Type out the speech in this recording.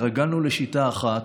התרגלנו לשיטה אחת.